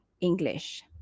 english